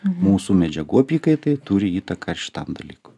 mūsų medžiagų apykaitai turi įtaką šitam dalykui